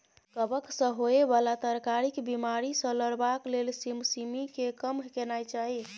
कवक सँ होए बला तरकारीक बिमारी सँ लड़बाक लेल सिमसिमीकेँ कम केनाय चाही